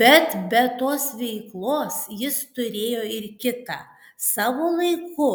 bet be tos veiklos jis turėjo ir kitą savo laiku